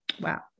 Wow